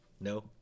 No